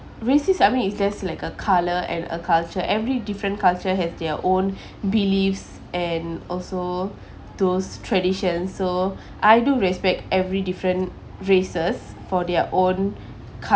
racist I mean it's just like a colour and a culture every different culture has their own beliefs and also those traditions so I do respect every different races for their own